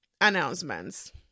announcements